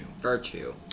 virtue